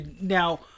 Now